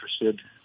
interested